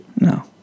No